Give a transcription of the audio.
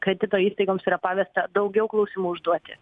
kredito įstaigoms yra pavesta daugiau klausimų užduoti